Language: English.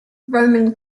roman